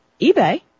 eBay